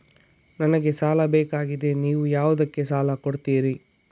ನನಗೆ ಸಾಲ ಬೇಕಾಗಿದೆ, ನೀವು ಯಾವುದಕ್ಕೆ ಸಾಲ ಕೊಡ್ತೀರಿ?